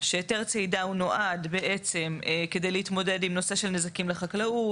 שהיתר צידה הוא נועד בעצם כדי להתמודד עם נושא של נזקים לחקלאות,